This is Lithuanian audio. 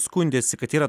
skundėsi kad yra